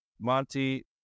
Monty